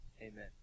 amen